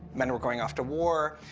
men were going off to war.